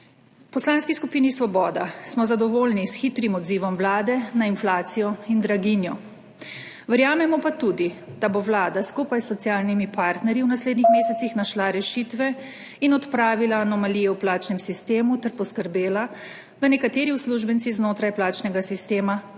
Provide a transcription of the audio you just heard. Poslanski skupini Svoboda smo zadovoljni s hitrim odzivom vlade na inflacijo in draginjo. Verjamemo pa tudi, da bo vlada skupaj s socialnimi partnerji v naslednjih mesecih našla rešitve in odpravila anomalije v plačnem sistemu ter poskrbela, da nekateri uslužbenci znotraj plačnega sistema ne